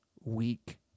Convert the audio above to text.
weak